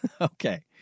okay